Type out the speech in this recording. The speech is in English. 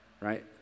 right